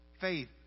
faith